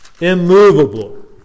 immovable